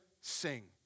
sing